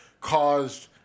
caused